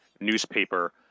newspaper